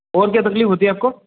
और क्या तकलीफ होती है आपको